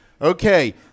Okay